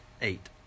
Eight